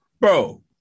Bro